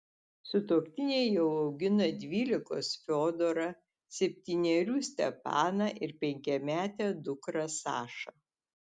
sutuoktiniai jau augina dvylikos fiodorą septynerių stepaną ir penkiametę dukrą sašą